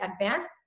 advanced